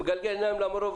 מגלגל עיניים למרום,